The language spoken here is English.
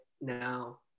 now